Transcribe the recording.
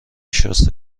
شسته